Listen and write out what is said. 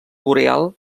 boreal